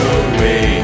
away